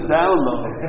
download